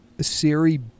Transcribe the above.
Siri